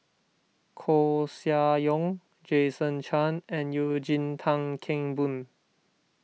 Koeh Sia Yong Jason Chan and Eugene Tan Kheng Boon